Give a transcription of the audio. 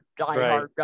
diehard